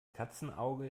katzenauge